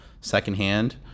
secondhand